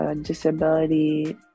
disability